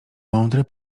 mądry